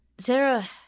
Zara